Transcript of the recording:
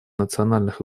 национальных